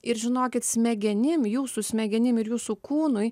ir žinokit smegenim jūsų smegenim ir jūsų kūnui